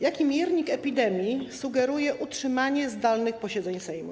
Jaki miernik epidemii sugeruje utrzymanie zdalnych posiedzeń Sejmu?